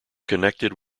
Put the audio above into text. connected